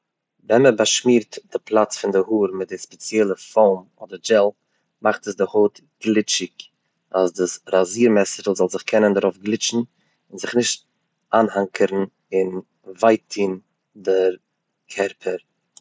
ווען מען באשמירט די פלאץ פון די האר מיט די ספעציעלע פאום אדער זשעל מאכט עס די הויט גליטשיג אז די ראזיר מעסל זאל זיך קענען דערויף גליטשן און זיך נישט איינהאנקערן און וויי טון די קערפער.